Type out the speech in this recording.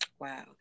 Wow